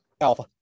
Alpha